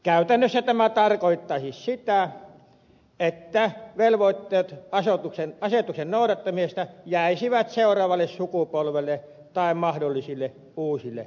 käytännössä tämä tarkoittaisi sitä että velvoitteet asetuksen noudattamisesta jäisivät seuraavalle sukupolvelle tai mahdollisille uusille asukkaille